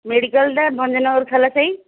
ମେଡ଼ିକାଲ୍ଟା ଭଞ୍ଜନଗର ଥାନା ସାହି